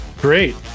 great